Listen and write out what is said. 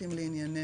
רלוונטיים לענייננו?